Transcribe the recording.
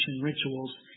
rituals